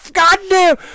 goddamn